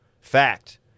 Fact